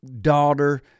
daughter